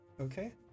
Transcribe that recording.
Okay